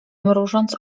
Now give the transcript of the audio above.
mrużąc